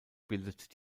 bildet